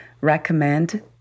recommend